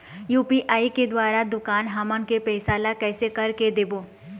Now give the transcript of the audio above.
UPI के द्वारा दुकान हमन के पैसा ला कैसे कर के देबो?